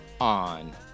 on